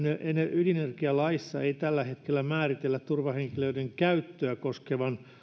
ydinenergialaissa ei tällä hetkellä määritellä turvahenkilöiden käyttöä koskevan